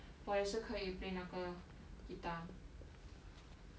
我也是可以 play 那个 guitar